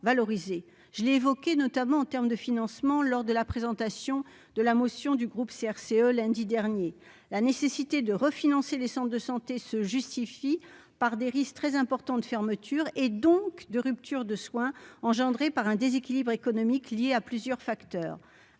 je l'ai évoqué notamment en terme de financement lors de la présentation de la motion du groupe CRCE lundi dernier, la nécessité de refinancer les Centres de santé se justifie par des risques très importants de fermeture et donc de rupture de soins engendrés par un déséquilibre économique liée à plusieurs facteurs,